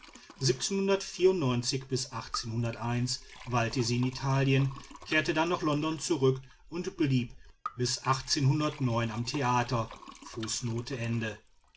weilte sie in italien kehrte dann nach london zurück und blieb bis am